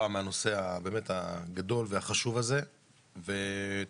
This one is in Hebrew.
מהנושא הבאמת גדול וחשוב הזה ותמשיכי.